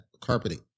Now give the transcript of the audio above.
carpeting